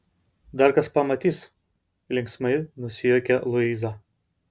dar kas pamatys linksmai nusijuokia luiza